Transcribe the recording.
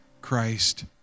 Christ